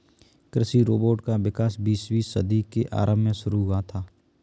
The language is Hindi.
कृषि रोबोट का विकास बीसवीं सदी के आरंभ में शुरू हुआ था